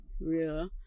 Real